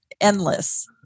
Endless